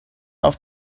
auf